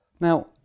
Now